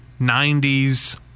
90s